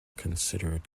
considered